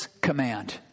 command